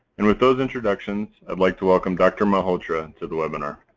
and with those introductions i'd like to welcome dr. malhotra and to the webinar.